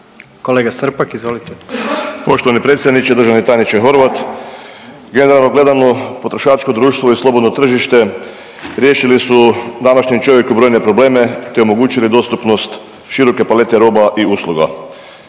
Kolega Srpak izvolite.